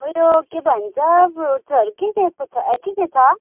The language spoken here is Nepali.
उयो के भन्छ फ्रुट्सहरू के के छ